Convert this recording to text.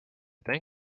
think